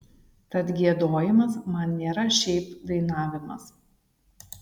tad giedojimas man nėra šiaip dainavimas